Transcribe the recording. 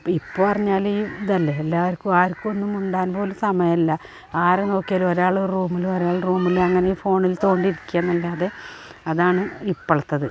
ഇപ്പോൾ പറഞ്ഞാല് ഇതല്ലേ എല്ലാവർക്കും ആർക്കും ഒന്നും മിണ്ടാൻ പോലും സമയമില്ല ആരെ നോക്കിയാലും ഒരാള് ഒരു റൂമില് ഒരാൾ റൂമില് അങ്ങനെ ഫോണിൽ തോണ്ടിയിരിക്കുകയാണ് അല്ലാതെ അതാണ് ഇപ്പോളത്തേത്